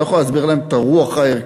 אני לא יכול להסביר להם את הרוח הערכית,